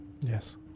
Yes